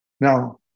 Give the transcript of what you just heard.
Now